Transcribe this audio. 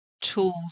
tools